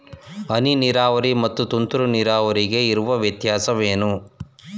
ಹನಿ ನೀರಾವರಿ ಮತ್ತು ತುಂತುರು ನೀರಾವರಿಗೆ ಇರುವ ವ್ಯತ್ಯಾಸವೇನು?